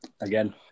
again